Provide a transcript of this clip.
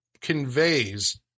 conveys